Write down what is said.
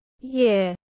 year